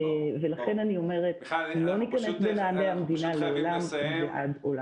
ולכן אני אומרת שלא ניכנס בנעלי המדינה לעולם ועד עולם.